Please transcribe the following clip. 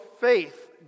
faith